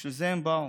בשביל זה הם באו.